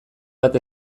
bat